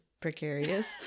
precarious